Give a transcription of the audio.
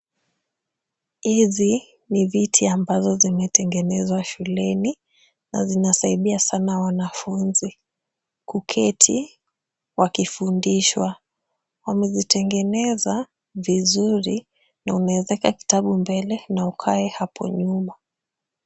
Hizi ni viti ambazo zimetengenezwa shuleni na zinasaidia sana wanafunzi kuketi wakifundishwa. Wamezitengeneza vizuri na unaeza weka kitabu mbele na ukae hapo nyuma.